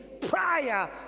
prior